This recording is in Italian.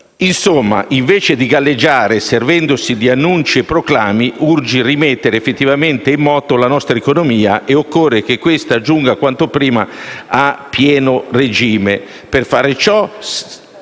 Insomma, invece di galleggiare servendosi di annunci e proclami, urge rimettere effettivamente in moto la nostra economia e occorre che questa giunga quanto prima a pieno regime. Per fare ciò